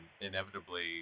inevitably